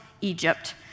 Egypt